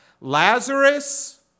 Lazarus